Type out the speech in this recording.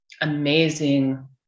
amazing